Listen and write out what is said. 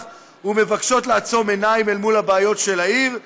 ומבקשות לעצום עיניים אל מול הבעיות של העיר,